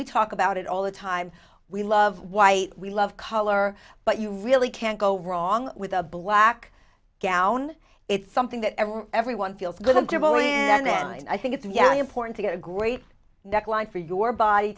we talk about it all the time we love why we love color but you really can't go wrong with a black gown it's something that everyone feels good and then i think it's very important to get a great neckline for your body